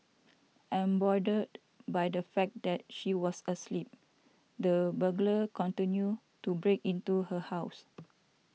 emboldened by the fact that she was asleep the burglar continued to break into her house